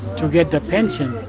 to get the pension,